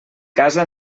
casa